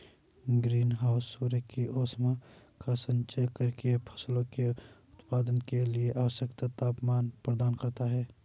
green house सूर्य की ऊष्मा का संचयन करके फसलों के उत्पादन के लिए आवश्यक तापमान प्रदान करता है